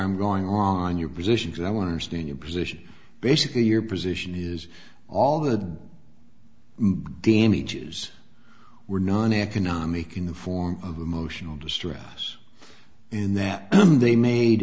i'm going on your position because i want to stay in your position basically your position is all the damages were non economic in the form of emotional distress in that they made